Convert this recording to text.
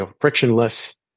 frictionless